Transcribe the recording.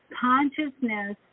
consciousness